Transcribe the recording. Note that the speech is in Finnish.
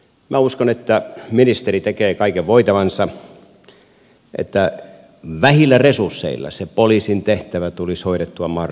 minä uskon että ministeri tekee kaiken voitavansa että vähillä resursseilla se poliisin tehtävä tulisi hoidettua mahdollisimman hyvin